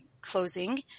closing